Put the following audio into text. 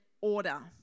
order